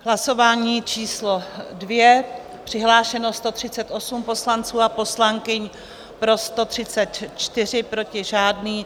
V hlasování číslo 2 přihlášeno 138 poslanců a poslankyň, pro 134, proti žádný.